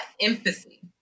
empathy